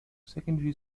secondary